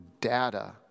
data